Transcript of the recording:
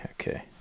Okay